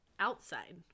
outside